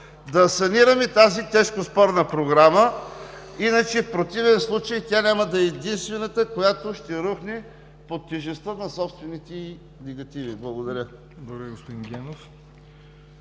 да санираме тази тежко спорна Програма. Иначе, в противен случай, тя няма да е единствената, която ще рухне под тежестта на собствените й негативи. Благодаря. (Ръкопляскания от